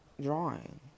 drawing